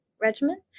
regimen